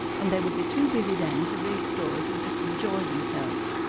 and they would be too busy then to read stories and just enjoy themselves.